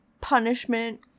punishment